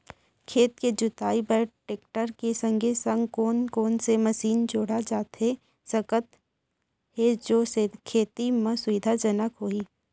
खेत के जुताई बर टेकटर के संगे संग कोन कोन से मशीन जोड़ा जाथे सकत हे जो खेती म सुविधाजनक होही?